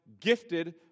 gifted